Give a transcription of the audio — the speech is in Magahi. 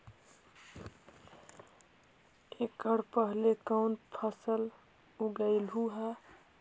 एकड़ पहले कौन फसल उगएलू हा?